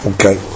Okay